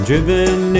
Driven